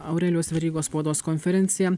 aurelijaus verygos spaudos konferenciją